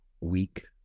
weak